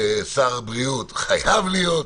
שר בריאות חייב להיות.